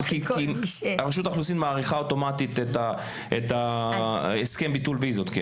רשות האוכלוסין מאריכה אוטומטית את הסכם ביטול הוויזות.